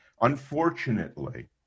unfortunately